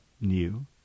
new